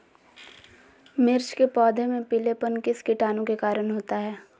मिर्च के पौधे में पिलेपन किस कीटाणु के कारण होता है?